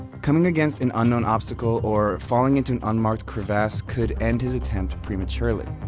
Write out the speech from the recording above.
coming against an unknown obstacle or falling into an unmarked crevasse could end his attempt prematurely.